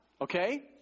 okay